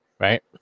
right